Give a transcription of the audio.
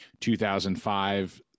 2005